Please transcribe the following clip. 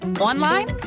online